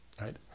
right